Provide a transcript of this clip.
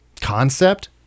concept